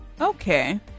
Okay